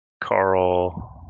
Carl